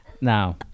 Now